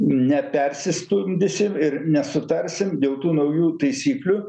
nepersistumdysim ir nesutarsim dėl tų naujų taisyklių